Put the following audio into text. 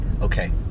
okay